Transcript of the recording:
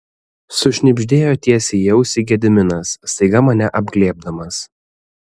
sušnibždėjo tiesiai į ausį gediminas staiga mane apglėbdamas